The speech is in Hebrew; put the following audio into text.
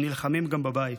הם נלחמים גם בבית.